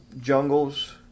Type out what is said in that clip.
jungles